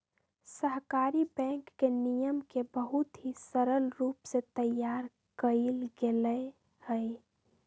सहकारी बैंक के नियम के बहुत ही सरल रूप से तैयार कइल गैले हई